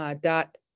dot